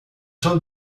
told